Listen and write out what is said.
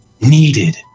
needed